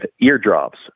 eardrops